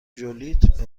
ژولیت